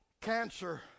Cancer